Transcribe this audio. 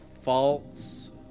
False